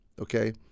okay